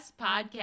Podcast